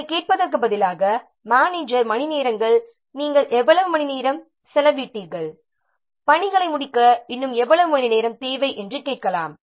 அதைக் கேட்பதற்குப் பதிலாக மேனேஜர் மணிநேரங்கள் நாம் எவ்வளவு மணிநேரம் செலவிட்டீர்கள் பணிகளை முடிக்க இன்னும் எவ்வளவு மணிநேரம் தேவை என்று கேட்கலாம்